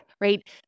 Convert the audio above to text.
right